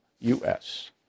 U-S